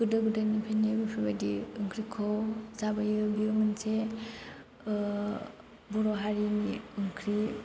गोदो गोदायनिफ्रायनो बेफोर बायदि ओंख्रिखौ जाबोयो बियो मोनसे बर' हारिनि ओंख्रि